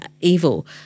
evil